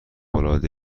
العاده